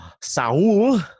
Saul